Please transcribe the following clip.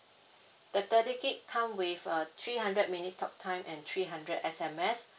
the thirty gigabyte come with a three hundred minute talk time and three hundred S_M_S